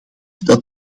dat